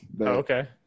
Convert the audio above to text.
okay